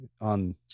on